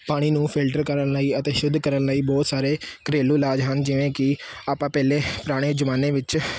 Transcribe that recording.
ਪਾਣੀ ਨੂੰ ਫਿਲਟਰ ਕਰਨ ਲਈ ਅਤੇ ਸ਼ੁੱਧ ਕਰਨ ਲਈ ਬਹੁਤ ਸਾਰੇ ਘਰੇਲੂ ਇਲਾਜ ਹਨ ਜਿਵੇਂ ਕਿ ਆਪਾਂ ਪਹਿਲੇ ਪੁਰਾਣੇ ਜ਼ਮਾਨੇ ਵਿੱਚ